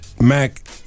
Mac